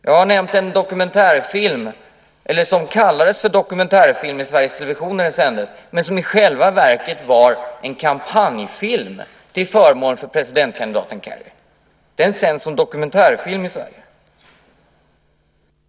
Jag har nämnt det som kallades för dokumentärfilm när den sändes i Sveriges Television, men som i själva verket var en kampanjfilm till förmån för presidentkandidaten Kerry. Den sänds som dokumentärfilm i Sverige.